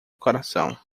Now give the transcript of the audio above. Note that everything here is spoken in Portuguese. coração